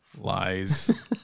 lies